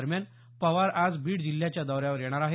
दरम्यान पवार आज बीड जिल्ह्याच्या दौऱ्यावर येणार आहेत